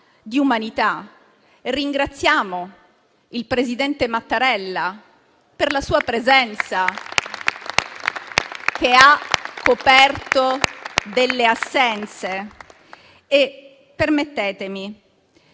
di umanità. Ringraziamo il presidente Mattarella per la sua presenza, che ha coperto delle assenze. Permettetemi